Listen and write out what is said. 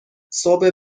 صبح